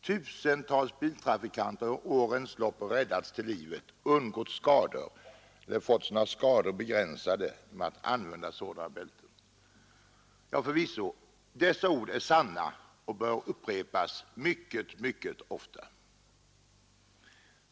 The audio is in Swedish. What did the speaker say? Tusentals biltrafikanter har under årens lopp räddats till livet, undgått skador eller fått sina skador begränsade genom att använda sådana bälten.” Dessa ord är förvisso sanna och bör upprepas mycket mycket ofta.